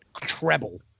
treble